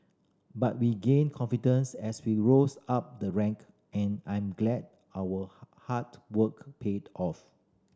but we gained confidence as we rose up the rank and I'm glad our hard work paid off